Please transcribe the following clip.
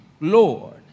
Lord